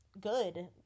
good